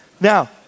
now